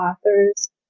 authors